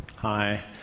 Hi